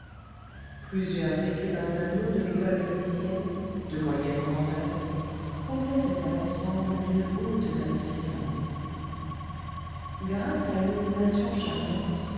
plusieurs excellents tableaux de l'école vénitienne de moyenne grandeur complétaient un ensemble d'une haute magnificence grâce à une innovation charmante